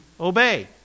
obey